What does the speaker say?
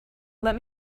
let